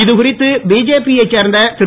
இது குறித்து பிஜேபியைச் சேர்ந்த திரு